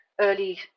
early